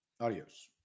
Adios